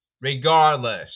regardless